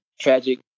tragic